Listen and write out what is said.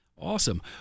awesome